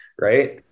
Right